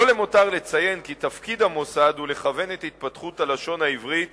לא למותר לציין כי תפקיד המוסד הוא לכוון את התפתחות הלשון העברית